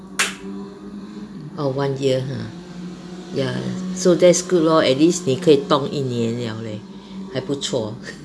oh one year !huh! ya so that's good lor at least 你可以冻一年 liao leh 还不错